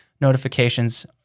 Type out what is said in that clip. notifications